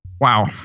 Wow